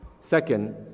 Second